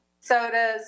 sodas